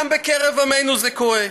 גם בקרב עמנו זה קורה.